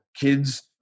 kids